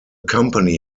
company